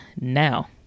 now